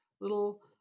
little